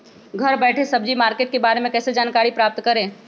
घर बैठे सब्जी मार्केट के बारे में कैसे जानकारी प्राप्त करें?